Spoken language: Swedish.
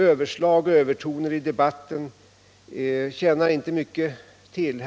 Överslag och övertoner i debatten tjänar inte mycket till.